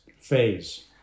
phase